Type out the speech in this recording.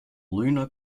lunar